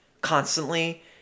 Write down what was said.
constantly